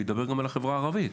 וידבר גם על החברה הערבית.